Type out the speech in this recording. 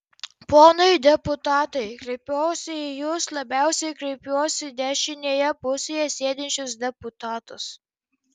ponai deputatai kreipiuosi į jus labiausiai kreipiuosi į dešinėje pusėje sėdinčius deputatus